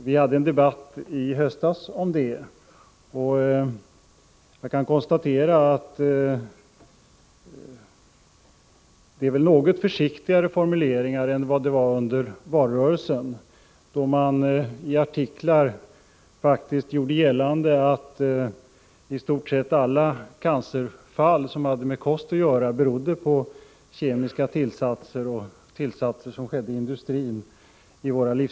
Vi hade en debatt i höstas om det, och jag kan konstatera, att det nu är något försiktigare tongångar än under valrörelsen, då man i artiklar faktiskt gjorde gällande att i stort sett alla cancerfall som hade med kost att göra berodde på kemiska tillsatser till våra livsmedel och tillsatser som skedde i industrin.